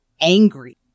angry